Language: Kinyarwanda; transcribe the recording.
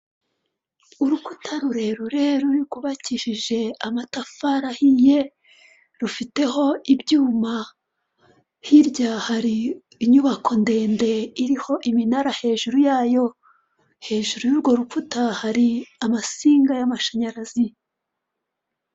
Urukuta rurerure rwubakishije amatafari ahiye rufiteho ibyuma hirya hari inyubako ndende iriho iminara hejuru yayo, hejuru y'urwo rukuta hari amasinga y'amashanyarazi.